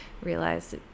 realized